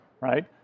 right